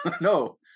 no